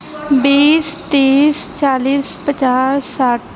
بیس تیس چالیس پچاس ساٹھ